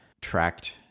tracked